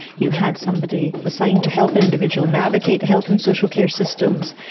you had somebody assigned to help an individual navigate health and social care systems,